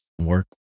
work